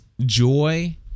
joy